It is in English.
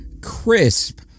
crisp